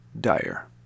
dire